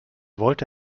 wollte